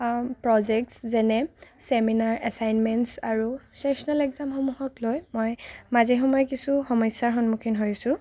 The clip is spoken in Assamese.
প্ৰজেক্টছ যেনে চেমিনাৰ এছাইনমেন্টছ আৰু ছেচ'নেলসমূহক লৈ মই মাজে সময়ে কিছু সমস্যাৰ সন্মুখীন হৈছো